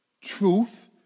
truth